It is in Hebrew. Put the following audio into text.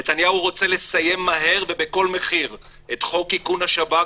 נתניהו רוצה לסיים מהר ובכל מחיר את חוק איכון השב"כ,